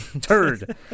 turd